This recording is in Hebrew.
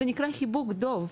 זה נקרא חיבוק דוב.